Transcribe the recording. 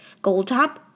Goldtop